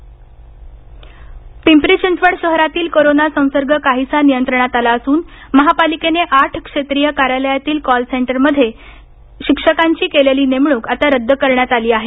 पिंपरी चिंचवड पिंपरी चिंचवड शहरातील कोरोना संसर्ग काहीसा नियंत्रणात आला असून महापालिकेने आठ क्षेत्रीय कार्यालयातील कॉलसेंटरमध्ये केलेली शिक्षकांची नेमणूक आता रद्द करण्यात आली आहे